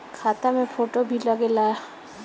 खाता मे फोटो भी लागे ला?